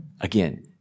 Again